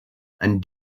and